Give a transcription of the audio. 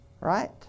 Right